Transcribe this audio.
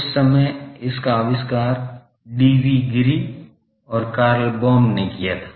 उस समय इसका आविष्कार डीवी गिरि और कार्ल बॉम ने किया था